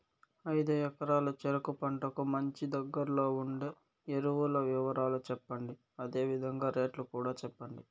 ఐదు ఎకరాల చెరుకు పంటకు మంచి, దగ్గర్లో ఉండే ఎరువుల వివరాలు చెప్పండి? అదే విధంగా రేట్లు కూడా చెప్పండి?